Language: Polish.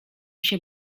się